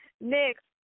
Next